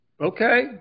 Okay